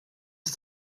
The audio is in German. ist